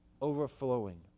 overflowing